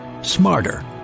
smarter